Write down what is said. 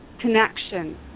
connection